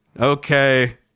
okay